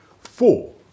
Four